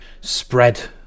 spread